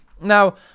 Now